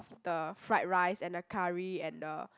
the fried rice and the curry and the